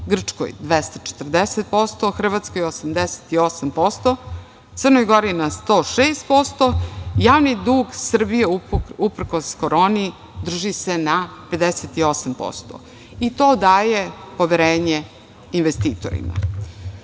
Grčkoj 240%, Hrvatskoj 88%, Crnoj Gori na 106%, javni dug Srbije, uprkos koroni, drži se na 58% i to daje poverenje investitorima. Citiram